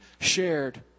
Shared